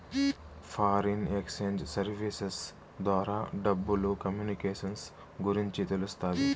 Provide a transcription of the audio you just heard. foreign exchange services ద్వారా డబ్బులు communications గురించి తెలుస్తాది